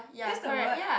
this a word